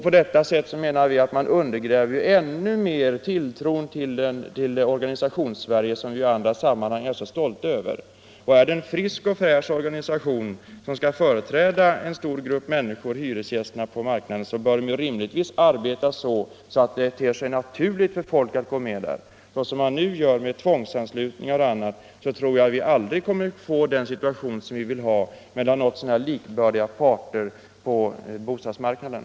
På detta sätt, menar vi, undergräver man ännu mer tilltron till det Organisationssverige som vi i andra sammanhang är så stolta över. Om det är en frisk och fräsch organisation som skall företräda en stor grupp människor — hyresgästerna —- på marknaden, bör den rimligtvis arbeta så att det ter sig naturligt för folk att gå med i den. På det sätt man nu arbetar — med tvångsanslutning och annat — tror jag att vi aldrig kommer att få den situation som vi vill ha med något så när likvärdiga parter på bostadsmarknaden.